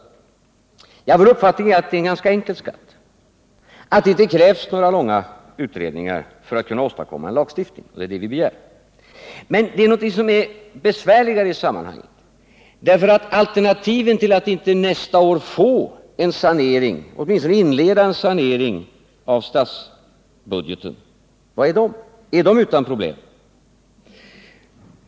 Vår uppfattning är att produktionsskatten är en ganska enkel skatt, att det inte krävs några långa utredningar för att kunna åstadkomma en lagstiftning, och det är det vi begär. Men det finns något annat isammanhanget som är besvärligare. Är alternativen till att nästa år inte åtminstone inleda en sanering av statsbudgeten utan problem?